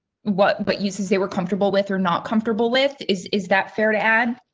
what, but uses they were comfortable with or not comfortable with is is that fair to add.